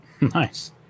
nice